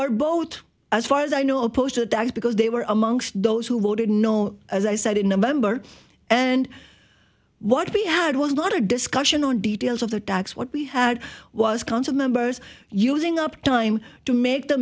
our boat as far as i know posted that because they were amongst those who voted no as i said in november and what we had was a lot of discussion on details of the tax what we had was council members using up time to make the